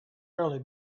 really